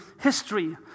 history